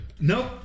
Nope